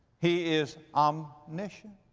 he is um omniscient.